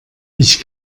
ich